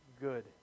good